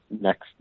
next